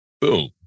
Boom